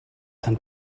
and